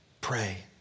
Pray